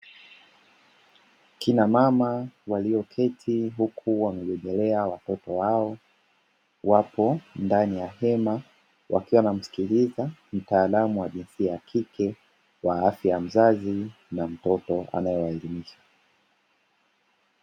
Kina mama walio keti huku wamebebelea watoto wao wapo ndani ya hema, wakiwa wanamsikiliza mtaalamu wa jinsia ya kike wa afya ya mzazi na mtoto anaewaelimisha.